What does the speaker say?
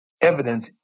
evidence